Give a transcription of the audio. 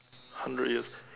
hundred years